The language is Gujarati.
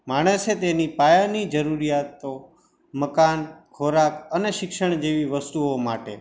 માણસે તેની પાયાની જરૂરિયાતો મકાન ખોરાક અને શિક્ષણ જેવી વસ્તુઓ માટે